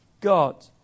God